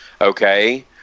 Okay